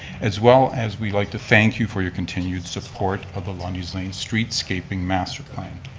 as well as, we like to thank you for your continued support of the lundy's lane streetscaping masterplan.